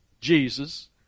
Jesus